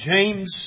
James